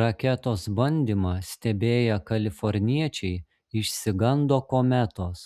raketos bandymą stebėję kaliforniečiai išsigando kometos